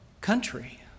country